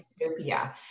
utopia